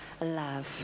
love